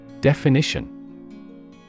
Definition